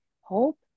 hope